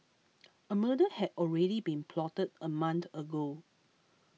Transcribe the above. a murder had already been plotted a month ago